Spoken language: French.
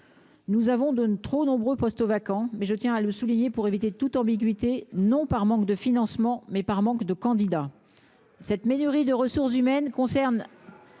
Nous avons de trop nombreux postes vacants mais je tiens à le souligner, pour éviter toute ambiguïté, non par manque de financement, mais par manque de candidats cette mesure et de ressources humaines concerne